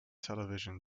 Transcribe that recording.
television